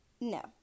No